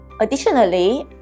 Additionally